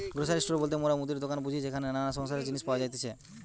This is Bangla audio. গ্রসারি স্টোর বলতে মোরা মুদির দোকান বুঝি যেখানে নানা সংসারের জিনিস পাওয়া যাতিছে